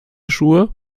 schuhe